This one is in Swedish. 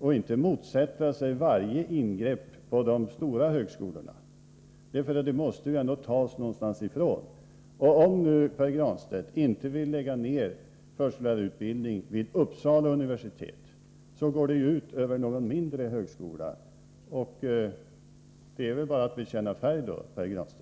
och inte motsätta sig varje ingrepp på de stora högskolorna, för man måste ju alltid ta någonstans. Om nu Pär Granstedt inte vill lägga ner förskollärarutbildningen vid Uppsala universitet, så går det ut över någon mindre högskola. Det är bara att bekänna färg, Pär Granstedt.